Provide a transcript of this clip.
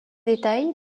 détails